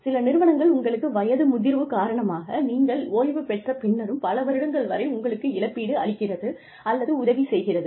சில நிறுவனங்கள் உங்களுக்கு வயது முதிர்வு காரணமாக நீங்கள் ஓய்வு பெற்ற பின்னரும் பல வருடங்கள் வரை உங்களுக்கு இழப்பீடு அளிக்கிறது அல்லது உதவி செய்கிறது